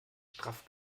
straff